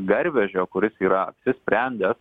garvežio kuris yra apsisprendęs